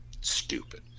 stupid